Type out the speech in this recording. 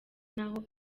naho